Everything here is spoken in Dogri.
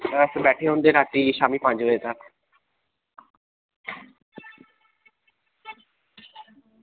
अस बैठे दे होंदे रातीं शामीं पंज बजे दा